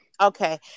Okay